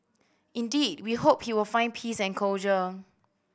indeed we hope he will find peace and closure